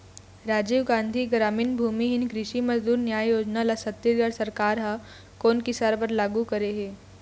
राजीव गांधी गरामीन भूमिहीन कृषि मजदूर न्याय योजना ल छत्तीसगढ़ सरकार ह कोन किसान बर लागू करे हे?